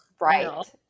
right